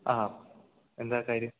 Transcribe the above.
ആ എന്താ കാര്യം